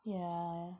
yeah